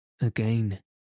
Again